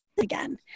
again